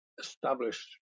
establish